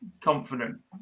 Confident